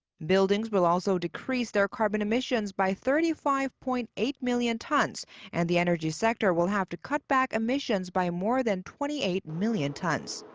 buildings will also decrease their carbon emissions by thirty five point eight million tons and the energy sector will have to cut back emissions by more than twenty eight million tons.